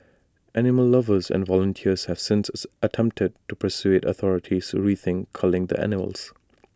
animal lovers and volunteers have since attempted to persuade authorities to rethink culling the animals